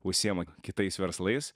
užsiima kitais verslais